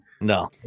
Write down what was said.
No